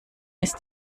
ist